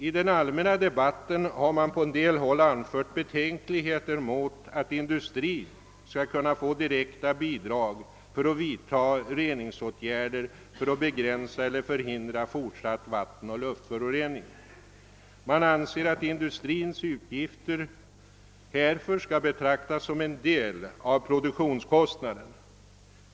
I den allmänna debatten har man på en del håll anfört betänkligheter mot att industrin skall kunna få direkta bidrag för att vidta reningsåtgärder för att kunna begränsa eller förhindra fortsatt vattenoch luftförorening. Man anser, att industrins utgifter härför skall betraktas som en del av produktionskostnaden.